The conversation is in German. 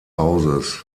hauses